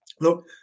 Look